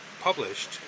published